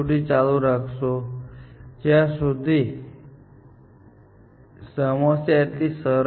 હવે એ ધ્યાનમાં રાખવાનું છે કે બે પ્રકારની કિંમત છે જે સામેલ થવાની છે એક સમસ્યાને રૂપાંતરિત કરવાનો ખર્ચ છે